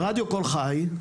רדיו קול חי,